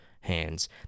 hands